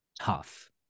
tough